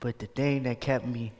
but the day they kept me